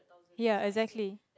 ya exactly